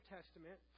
Testament